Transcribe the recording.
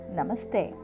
Namaste